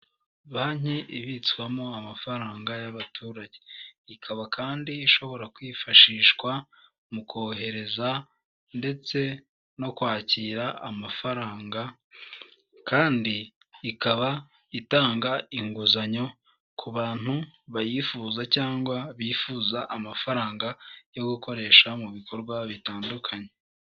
Banki ibitswamo amafaranga y'abaturage. Ikaba kandi ishobora kwifashishwa mu kohereza ndetse no kwakira amafaranga, kandi ikaba itanga inguzanyo ku bantu bayifuza cyangwa bifuza amafaranga yo gukoresha mu bikorwa bitandukanye.